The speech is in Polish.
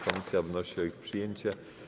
Komisja wnosi o ich przyjęcie.